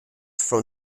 from